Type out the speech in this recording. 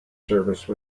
service